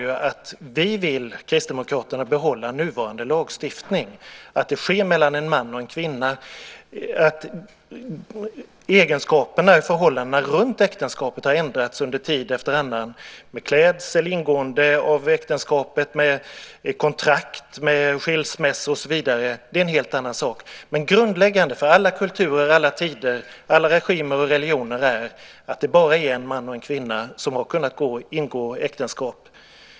Det jag sade var att vi kristdemokrater vill behålla nuvarande lagstiftning om att äktenskap ingås mellan en man och en kvinna. Att förhållandena runt äktenskapet har ändrats från tid till annan - klädsel, ingående av äktenskapet, kontrakt, skilsmässor och så vidare - är en helt annan sak. Men grundläggande för alla kulturer och alla tider, alla regimer och religioner är att det bara är en man och en kvinna som har kunnat ingå äktenskap.